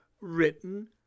written